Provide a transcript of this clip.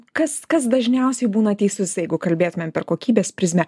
kas kas dažniausiai būna teisus jeigu kalbėtumėm per kokybės prizmę